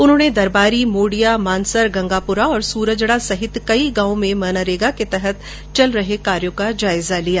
उन्होंने दरबारी मोडिया मानसर गंगापुरा और सूरजडा सहित कई गांवों में मनरेगा के तहत चल रहे कार्यो का जायजा लिया